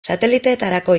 sateliteetarako